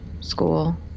School